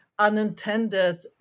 unintended